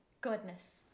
goodness